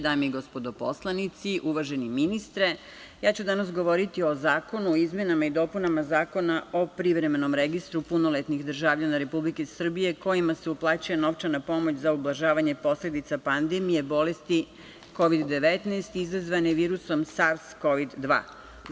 Dame i gospodo poslanici, uvaženi ministre, ja ću danas govoriti o Zakonu o izmenama i dopunama Zakona o privremenom registru punoletnih državljana Republike Srbije kojima se uplaćuje novčana pomoć za ublažavanje posledica pandemije bolesti Kovid 19 izazvane virusom SARS-CoV-2.